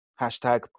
Hashtag